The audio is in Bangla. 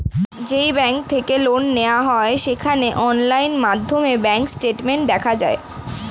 যেই ব্যাঙ্ক থেকে লোন নেওয়া হয় সেখানে অনলাইন মাধ্যমে ব্যাঙ্ক স্টেটমেন্ট দেখা যায়